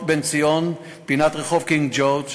ללא עירוב המשטרה משדרות בן-ציון פינת רחוב קינג ג'ורג'